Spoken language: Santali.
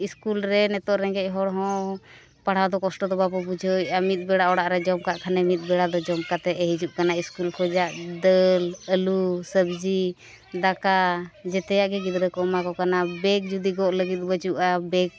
ᱥᱠᱩᱞ ᱨᱮ ᱱᱤᱛᱚᱜ ᱨᱮᱸᱜᱮᱡ ᱦᱚᱲ ᱦᱚᱸ ᱯᱟᱲᱦᱟᱣ ᱫᱚ ᱠᱚᱥᱴᱚ ᱫᱚ ᱵᱟᱵᱚᱱ ᱵᱩᱡᱷᱟᱹᱣᱮᱫᱼᱟ ᱢᱤᱫ ᱵᱮᱲᱟ ᱚᱲᱟᱜ ᱨᱮ ᱡᱚᱢ ᱠᱟᱜ ᱠᱷᱟᱱᱮ ᱢᱤᱫ ᱵᱮᱲᱟ ᱫᱚ ᱡᱚᱢ ᱠᱟᱛᱮᱫ ᱮ ᱦᱤᱡᱩᱜ ᱠᱟᱱᱟ ᱥᱠᱩᱞ ᱠᱷᱚᱱᱟᱜ ᱫᱟᱹᱞ ᱟᱹᱞᱩ ᱥᱚᱵᱽᱡᱤ ᱫᱟᱠᱟ ᱡᱮᱛᱮᱭᱟᱜ ᱜᱮ ᱜᱤᱫᱽᱨᱟᱹ ᱠᱚ ᱮᱢᱟ ᱠᱚ ᱠᱟᱱᱟ ᱵᱮᱜᱽ ᱡᱩᱫᱤ ᱜᱚᱜ ᱞᱟᱹᱜᱤᱫ ᱵᱟᱹᱪᱩᱜᱼᱟ ᱵᱮᱜᱽ